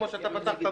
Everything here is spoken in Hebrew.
כמו שאתה פתחת,